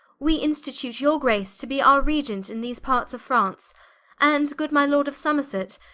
we institute your grace to be our regent in these parts of france and good my lord of somerset,